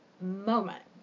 moment